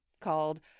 called